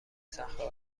صخره